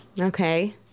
Okay